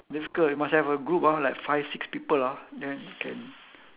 difficult you must have a group ah like five six people ah then you can